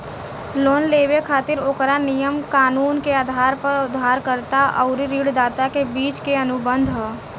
loan लेबे खातिर ओकरा नियम कानून के आधार पर उधारकर्ता अउरी ऋणदाता के बीच के अनुबंध ह